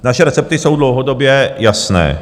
Naše recepty jsou dlouhodobě jasné.